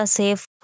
safe